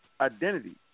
identity